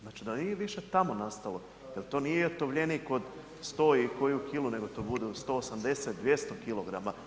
Znači, da nije više tamo nastalo, jel to nije utovljenik od 100 i koju kilu, nego to bude 180, 200 kg.